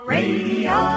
Radio